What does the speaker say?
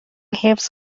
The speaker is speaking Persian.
حفظ